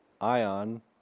ion